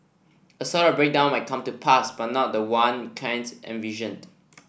a sort of breakdown might come to pass but not the one Keynes envisioned